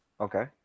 Okay